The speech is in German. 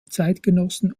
zeitgenossen